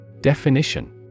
Definition